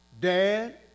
dad